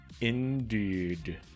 Indeed